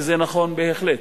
וזה נכון בהחלט,